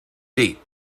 deep